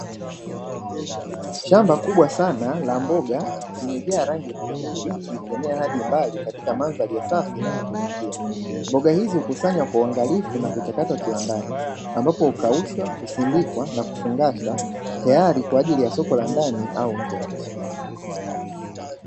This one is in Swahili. Shamba kubwa sana la mboga limejaa rangi ya kijani kibichi, ikienea hadi mbali katika mandhari ya safi na ya kuvutia. Mboga hizi hukusanywa kwa uangalifu na kuchakatwa kiwandani; ambapo hukaushwa, husindikwa na kufungashwa tayari kwa ajili ya soko la ndani au nje ya nchi.